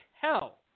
hell